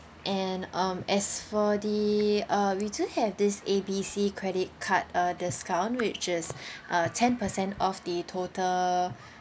and um as for the uh we do have this A B C credit card uh discount which is uh ten percent of the total